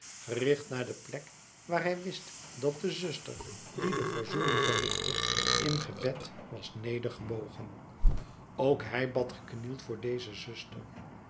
gericht naar de plek waar hij wist dat de zuster die de verzoening verrichtte in gebed was nedergebogen ook hij bad geknield voor deze zuster